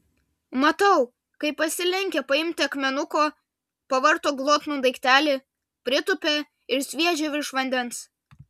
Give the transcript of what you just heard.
matau kaip pasilenkia paimti akmenuko pavarto glotnų daiktelį pritūpia ir sviedžia virš vandens